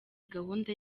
gahunda